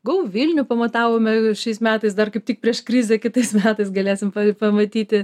go vilnių pamatavome šiais metais dar kaip tik prieš krizę kitais metais galėsim pamatyti